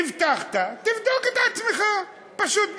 הבטחת, תבדוק את עצמך, פשוט מאוד.